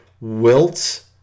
Wilt